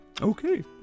Okay